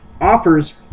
offers